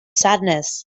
sadness